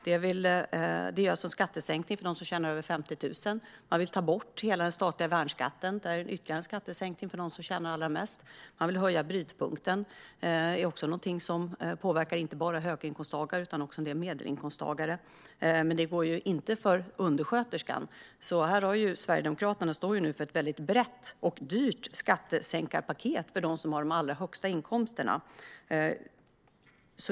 Det innebär alltså en skattesänkning för dem som tjänar över 50 000. Man vill ta bort hela den statliga värnskatten. Det är ytterligare en skattesänkning för dem som tjänar allra mest. Man vill höja brytpunkten. Det är någonting som påverkar inte bara höginkomsttagare utan också en del medelinkomsttagare, men det gäller inte undersköterskan. Sverigedemokraterna står alltså nu för ett väldigt brett och dyrt skattesänkarpaket för dem som har de allra högsta inkomsterna.